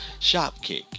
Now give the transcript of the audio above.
shopkick